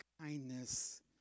kindness